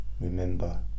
remember